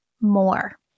more